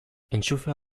entxufea